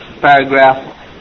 paragraph